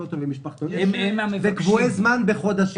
למעונות ולמשפחתונים בצורה קבועת זמן בחודשים.